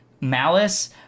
malice